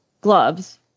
gloves